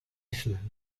island